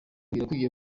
birakwiye